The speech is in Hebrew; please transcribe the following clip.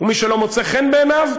ומי שלא מוצא חן בעיניו,